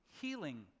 healing